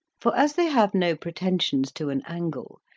for as they have no pretensions to an angle,